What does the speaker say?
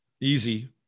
Easy